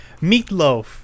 Meatloaf